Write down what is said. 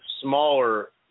smaller